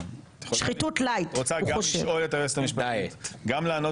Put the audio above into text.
תבקש לעשות דיון חסוי --- דיון חסוי בלי שמות.